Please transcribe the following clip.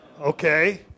okay